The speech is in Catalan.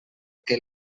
que